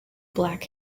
black